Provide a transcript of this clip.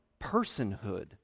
personhood